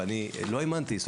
ואני לא האמנתי,